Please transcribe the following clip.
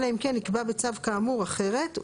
אלא אם כן נקבע בצו כאמור אחרת,